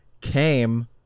came